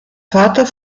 vater